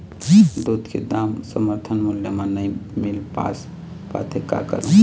दूध के दाम समर्थन मूल्य म नई मील पास पाथे, का करों?